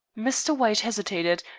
mr. white hesitated,